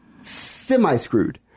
semi-screwed